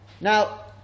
Now